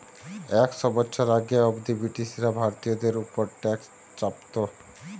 একশ বছর আগে অব্দি ব্রিটিশরা ভারতীয়দের উপর ট্যাক্স চাপতো